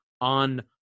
on